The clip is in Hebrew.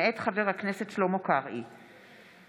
מאת חברי הכנסת קטי קטרין שטרית,